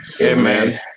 Amen